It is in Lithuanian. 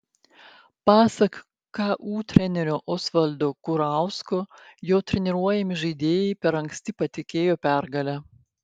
pasak ku trenerio osvaldo kurausko jo treniruojami žaidėjai per anksti patikėjo pergale